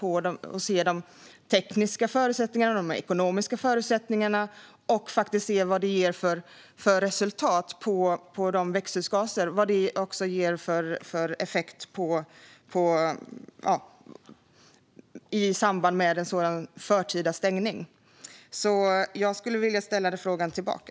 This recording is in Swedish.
Vi vill skyndsamt tillsätta en snabbutredning som ska vrida och vända på de tekniska och ekonomiska förutsättningarna och vilket resultat och vilken effekt när det gäller växthusgaser en förtida stängning skulle leda till. Jag skulle alltså vilja ställa frågan tillbaka.